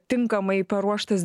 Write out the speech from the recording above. tinkamai paruoštas